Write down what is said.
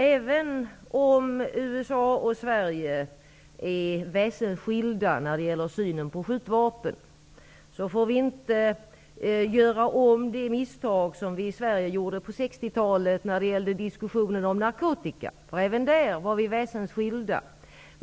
Även om USA och Sverige är väsensskilda i synen på skjutvapen får vi inte göra de misstag som vi i Sverige gjorde under 1960-talet i diskussionen om narkotika -- även på det området var vi väsensskilda i vår uppfattning.